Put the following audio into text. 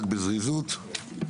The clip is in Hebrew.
רק בזריזות.